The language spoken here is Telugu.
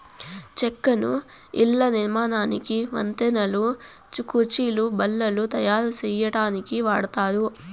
చెక్కను ఇళ్ళ నిర్మాణానికి, వంతెనలు, కుర్చీలు, బల్లలు తాయారు సేయటానికి వాడతారు